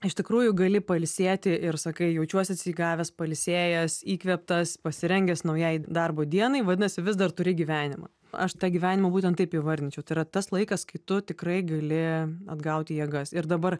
iš tikrųjų gali pailsėti ir sakai jaučiuosi atsigavęs pailsėjęs įkvėptas pasirengęs naujai darbo dienai vadinasi vis dar turi gyvenimą aš tą gyvenimą būtent taip įvardinčiau tai yra tas laikas kai tu tikrai gali atgauti jėgas ir dabar